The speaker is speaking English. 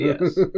Yes